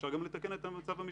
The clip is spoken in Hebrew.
אפשר גם לתקן את המצב המשפטי.